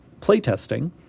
playtesting